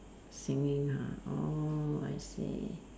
swimming ah oh I see